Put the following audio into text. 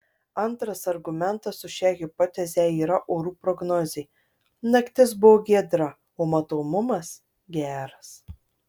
antras argumentas už šią hipotezę yra orų prognozė naktis buvo giedra o matomumas geras